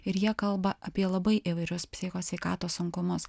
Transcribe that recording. ir jie kalba apie labai įvairios psichikos sveikatos sunkumus